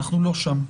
אנחנו לא שם.